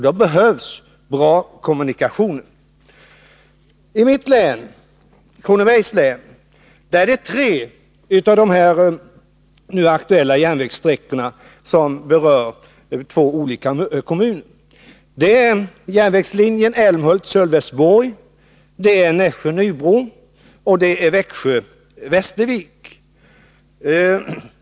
Då behövs bra kommunikationer! I mitt län, Kronobergs län, går tre av de nu aktuella järnvägssträckorna, som berör två olika kommuner: järnvägslinjerna Älmhult-Sölvesborg, Nässjö-Nybro och Växjö-Västervik.